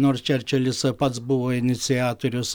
nors čerčilis pats buvo iniciatorius